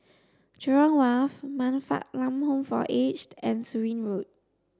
Jurong Wharf Man Fatt Lam Home for Aged and Surin Road